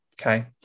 Okay